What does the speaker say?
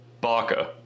Baka